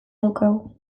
daukagu